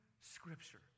scripture